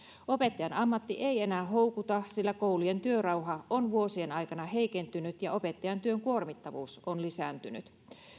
opettajan ammatti ei enää houkuta sillä koulujen työrauha on vuosien aikana heikentynyt ja opettajan työn kuormittavuus on lisääntynyt